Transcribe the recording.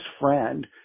friend